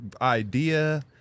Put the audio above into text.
idea